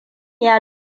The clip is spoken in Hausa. ya